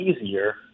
easier